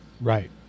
Right